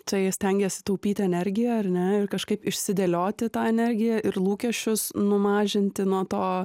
tai stengiesi taupyti energiją ar ne ir kažkaip išsidėlioti tą energiją ir lūkesčius numažinti nuo to